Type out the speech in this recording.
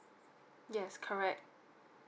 yes correct